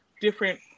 different